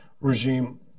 regime